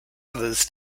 others